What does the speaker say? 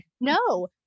no